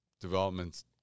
developments